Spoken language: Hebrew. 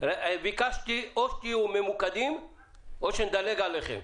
אני ביקשתי שתהיו ממוקדים או שנדלג עליכם.